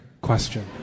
question